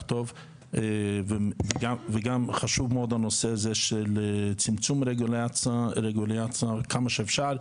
טוב וגם חשוב מאוד הנושא הזה של צמצום רגולציה כמה שאפשר.